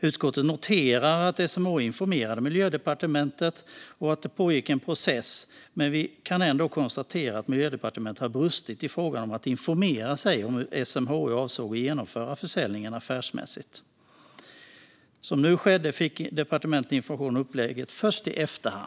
Utskottet noterar att SMHI informerade Miljödepartementet och att det pågick en process, men vi kan ändå konstatera att Miljödepartementet har brustit i fråga om att informera sig om hur SMHI avsåg att genomföra försäljningen affärsmässigt. Som nu skedde fick departementet information om upplägget först i efterhand.